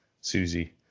Susie